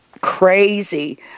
crazy